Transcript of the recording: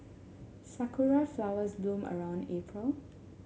sakura flowers bloom around April